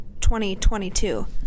2022